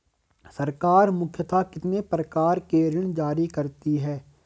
सरकार मुख्यतः कितने प्रकार के ऋण जारी करती हैं?